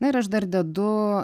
na ir aš dar dedu